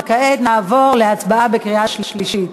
וכעת נעבור להצבעה בקריאה שלישית.